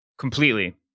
Completely